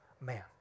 Man